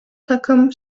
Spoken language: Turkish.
takım